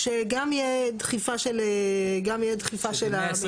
שגם יהיה דחיפה של, גם יהיה דחיפה של המידע.